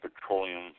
petroleum